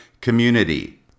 community